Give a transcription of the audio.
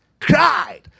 cried